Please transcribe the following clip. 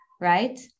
right